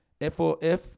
F-O-F